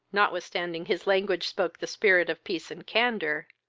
notwithstanding his language spoke the spirit of peace and candour,